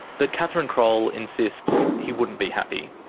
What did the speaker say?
but catherine croll insists he wouldn't be happy.